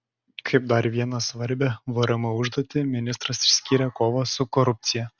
kaip dar vieną svarbią vrm užduotį ministras išskyrė kovą su korupcija